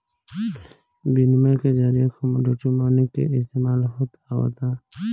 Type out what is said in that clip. बिनिमय के जरिए कमोडिटी मनी के इस्तमाल होत आवता